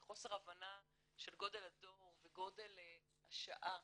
של חוסר הבנה של גודל הדור וגודל השעה.